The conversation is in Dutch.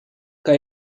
kan